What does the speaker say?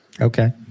Okay